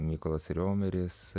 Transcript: mykolas riomeris